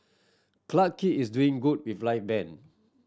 Clarke Quay is doing good with live band